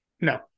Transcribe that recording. No